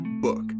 book